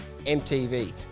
mtv